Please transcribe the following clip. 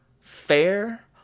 fair